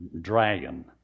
dragon